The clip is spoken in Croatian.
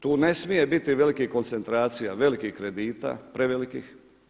Tu ne smije biti velikih koncentracija, velikih kredita, prevelikih.